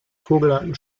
vogelarten